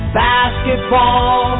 basketball